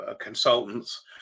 consultants